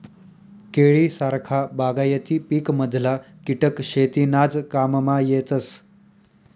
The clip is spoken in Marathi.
केळी सारखा बागायती पिकमधला किटक शेतीनाज काममा येतस